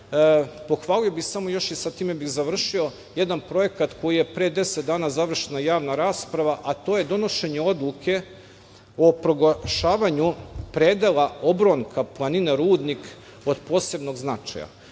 pohvalio bih i sa tim bi završio, jedan projekat koji je pre deset dana završena javna rasprava, a to je donošenje odluke o proglašavanju predela obronka planine Rudnik, od posebnog značaja,